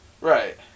Right